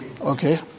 okay